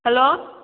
hello